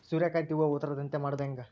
ಸೂರ್ಯಕಾಂತಿ ಹೂವ ಉದರದಂತೆ ಮಾಡುದ ಹೆಂಗ್?